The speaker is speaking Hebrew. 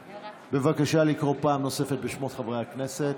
בבקשה לקרוא פעם נוספת בשמות חברי הכנסת.